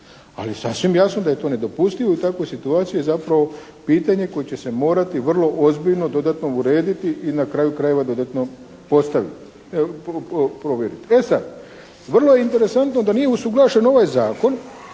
Ali sasvim jasno da je to nedopustivo i u takvoj situaciji zapravo pitanje koje će se morati vrlo ozbiljno dodatno urediti i na kraju krajeva dodatno postaviti, provjeriti. E sada, vrlo je interesantno da nije usuglašen ovaj zakon